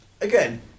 again